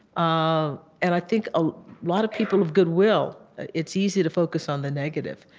um and i think a lot of people of goodwill. it's easy to focus on the negative,